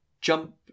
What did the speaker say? jump